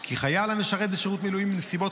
כי חייל המשרת בשירות מילואים בנסיבות